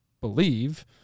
believe